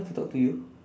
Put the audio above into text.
talk to you